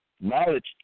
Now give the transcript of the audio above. knowledge